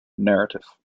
narrative